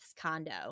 condo